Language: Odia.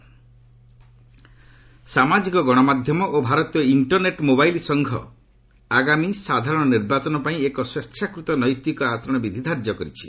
ଇସି ସୋସିଆଲ୍ ମିଡିଆ ସାମାଜିକ ଗଣମାଧ୍ୟମ ଓ ଭାରତୀୟ ଇଣ୍ଟରନେଟ୍ ମୋବାଇଲ୍ ସଂଘ ଆଗାମୀ ସାଧାରଣ ନିର୍ବାଚନପାଇଁ ଏକ ସ୍ୱେଚ୍ଛାକୃତ ନୈତିକ ଆଚରଣ ବିଧି ଧାର୍ଯ୍ୟ କରିଛନ୍ତି